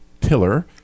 pillar